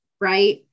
Right